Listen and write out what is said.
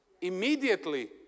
immediately